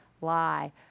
Lie